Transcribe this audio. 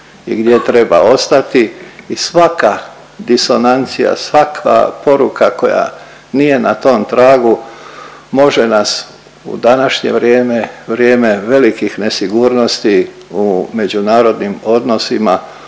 i gdje treba ostati i svaka disonancija, svaka poruka koja nije na tom tragu, može nas u današnje vrijeme, vrijeme velikih nesigurnosti u međunarodnim odnosima